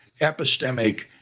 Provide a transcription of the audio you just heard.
epistemic